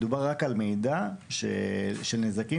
מדובר רק על מידע לגבי נזקים